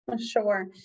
Sure